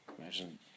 Imagine